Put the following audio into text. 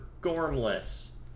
gormless